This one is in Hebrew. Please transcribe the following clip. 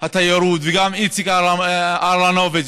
להגיע ולהיות עם האזרחים הדרוזים,